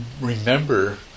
remember